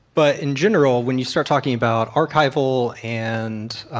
but in general, when you start talking about archival and,